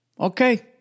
okay